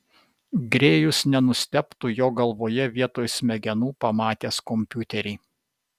grėjus nenustebtų jo galvoje vietoj smegenų pamatęs kompiuterį